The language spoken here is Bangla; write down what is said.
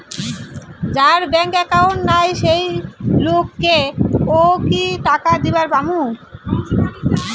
যার ব্যাংক একাউন্ট নাই সেই লোক কে ও কি টাকা দিবার পামু?